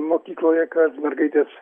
mokykloje kad mergaitės